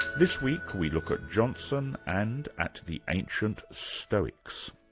this week we look at johnson and at the ancient stoics.